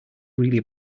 really